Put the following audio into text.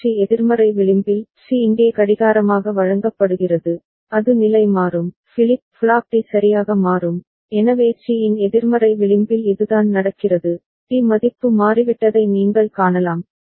மற்றும் சி எதிர்மறை விளிம்பில் சி இங்கே கடிகாரமாக வழங்கப்படுகிறது அது நிலைமாறும் ஃபிளிப் ஃப்ளாப் டி சரியாக மாறும் எனவே சி இன் எதிர்மறை விளிம்பில் இதுதான் நடக்கிறது டி மதிப்பு மாறிவிட்டதை நீங்கள் காணலாம்